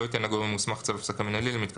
לא ייתן הגורם המוסמך צו הפסקה מינהלי למיתקן